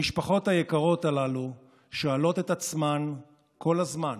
המשפחות היקרות הללו שואלות את עצמן כל הזמן: